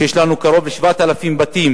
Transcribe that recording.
שיש לנו קרוב ל-7,000 בתים